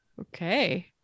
Okay